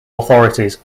authorities